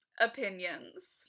opinions